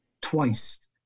twice